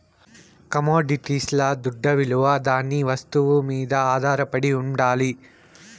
కమొడిటీస్ల దుడ్డవిలువ దాని వస్తువు మీద ఆధారపడి ఉండాలి